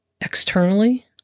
externally